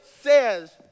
says